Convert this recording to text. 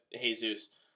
Jesus